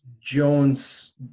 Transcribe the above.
Jones